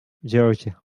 georgia